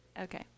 Okay